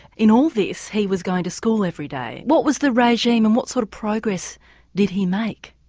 in all this he was going to school every day. what was the regime and what sort of progress did he make?